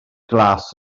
glas